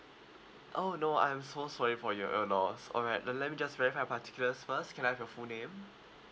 oh no I'm so sorry for your uh loss alright then let me just verify your particulars first can I have your full name